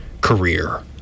career